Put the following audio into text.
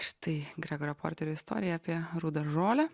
štai gregorio porterio istorija apie rudą žolę